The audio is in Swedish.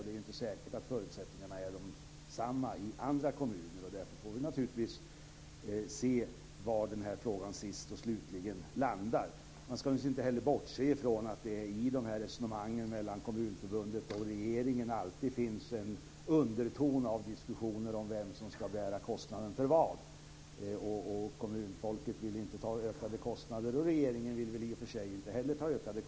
Det är inte säkert att förutsättningarna är desamma i andra kommuner. Därför får vi naturligtvis se var den här frågan sist och slutligen landar. Man ska naturligtvis inte heller bortse från att det i resonemangen mellan Kommunförbundet och regeringen alltid finns en underton av diskussion om vem som ska bära kostnaden för vad. Kommunfolket vill inte ta ökade kostnader, och regeringen vill i och för sig inte heller göra det.